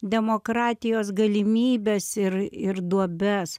demokratijos galimybes ir ir duobes